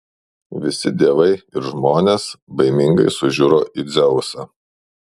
visi dievai ir žmonės baimingai sužiuro į dzeusą